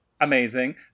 amazing